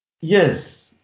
yes